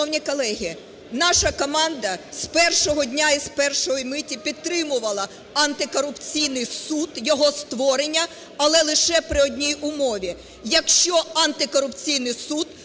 Шановні колеги, наша команда з першого дня і з першої миті підтримувала антикорупційний суд, його створення, але лише при одній умові, якщо антикорупційний суд